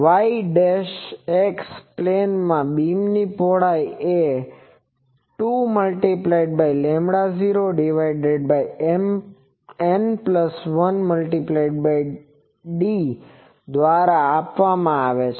x y પ્લેનમાં બીમની પહોળાઈ એ 2૦ N1d દ્વારા આપવામાં આવે છે